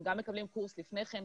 הם מקבלים קורס לפני כן.